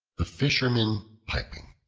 the fisherman piping